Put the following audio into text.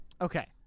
Okay